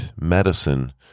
medicine